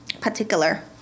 particular